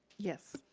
yes.